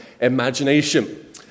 imagination